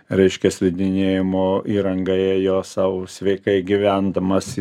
reiškia slidinėjimo įrangą ėjo sau sveikai gyvendamas